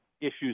issues